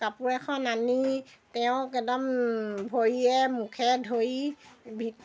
কাপোৰ এখন আনি তেওঁক একদম ভৰিয়ে মুখে ধৰি ভি